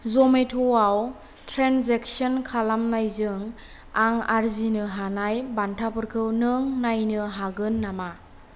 जमेट'आव transaction खालामनायजों आं आर्जिनो हानाय बान्थाफोरखौ नों नायनो हागोन नामा